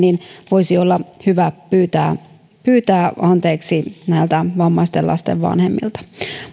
voisi olla hyvä pyytää pyytää anteeksi näiltä vammaisten lasten vanhemmilta